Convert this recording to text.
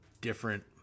different